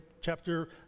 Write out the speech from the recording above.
chapter